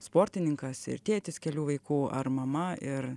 sportininkas ir tėtis kelių vaikų ar mama ir